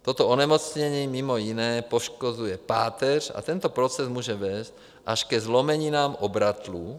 Toto onemocnění mimo jiné poškozuje páteř a tento proces může vést až ke zlomeninám obratlů.